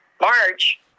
March